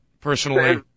personally